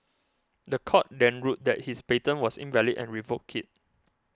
the court then ruled that his patent was invalid and revoked it